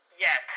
yes